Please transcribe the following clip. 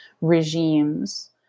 regimes